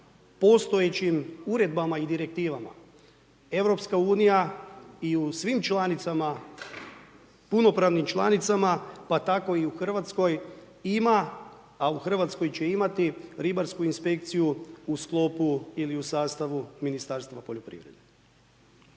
postojećim Uredbama i Direktivama EU i u svim članicama, punopravnim članicama, pa tako i u RH ima, a u RH će imati ribarsku inspekciju u sklopu ili u sastavu Ministarstva poljoprivrede.